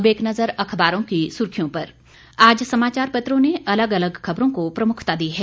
अब एक नजर अखबारों की सुर्खियों पर आज समाचार पत्रों ने अलग अलग खबरों को प्रमुखता दी है